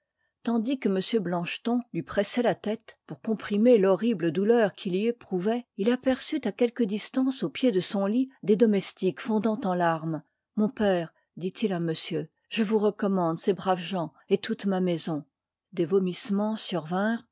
tandis que m blancheton lui prèssoit la tête pour comprimer l'horrible douleur qu'il y éprouvoit il aperçut à quelque distance au pied de son lit des domestiques fondant en larmes mon père dit-il à monsieur je vous recommande ces braves gens et toute ma maison des vomissemens